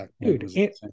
dude